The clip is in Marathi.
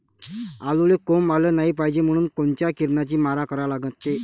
आलूले कोंब आलं नाई पायजे म्हनून कोनच्या किरनाचा मारा करा लागते?